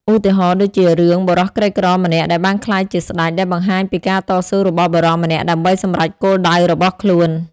ឧទាហរណ៍ដូចជា រឿង បុរសក្រីក្រម្នាក់ដែលបានក្លាយជាស្តេច ដែលបង្ហាញពីការតស៊ូរបស់បុរសម្នាក់ដើម្បីសម្រេចគោលដៅរបស់ខ្លួន។